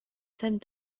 send